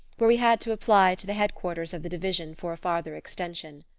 where we had to apply to the head-quarters of the division for a farther extension.